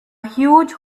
huge